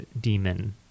demon